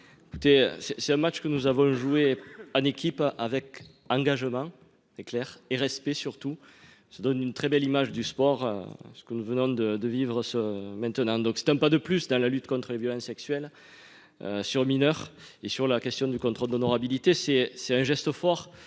Écoutez c'est c'est un match que nous avons joué en équipe avec engagement est clair et respect surtout ça donne une très belle image du sport. Ce que nous venons de de vivres ce maintenant donc c'est un pas de plus dans la lutte contre les violences sexuelles. Sur mineurs et sur la question du contrôle d'honorabilité, c'est, c'est un geste fort